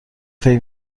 فکر